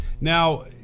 now